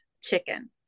chicken